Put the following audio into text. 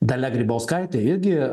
dalia grybauskaitė irgi